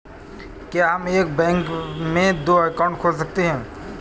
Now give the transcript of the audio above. क्या हम एक बैंक में दो अकाउंट खोल सकते हैं?